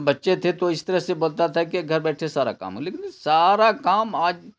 بچے تھے تو اس طرح سے بولتا تھا کہ گھر بیٹھے سارا کام ہو لیکن سارا کام آج